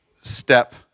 step